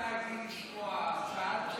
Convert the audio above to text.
אל תדברי אליי בלי לשמוע.